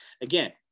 Again